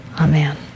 Amen